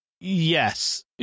Yes